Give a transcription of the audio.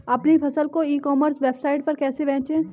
अपनी फसल को ई कॉमर्स वेबसाइट पर कैसे बेचें?